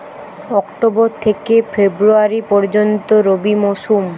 October থেকে February পর্যন্ত রবি মৌসুম